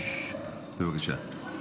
בבקשה.